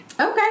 okay